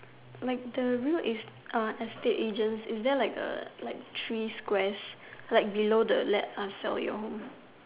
like the real estate agent is there like a like three squares like below the let us sell your home